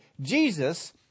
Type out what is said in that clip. Jesus